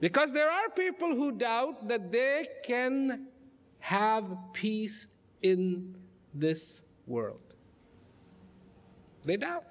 because there are people who doubt that they can have peace in this world